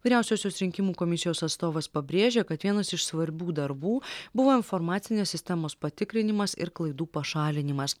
vyriausiosios rinkimų komisijos atstovas pabrėžia kad vienas iš svarbių darbų buvo informacinės sistemos patikrinimas ir klaidų pašalinimas